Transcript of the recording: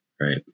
right